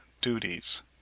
duties